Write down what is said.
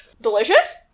Delicious